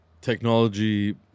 technology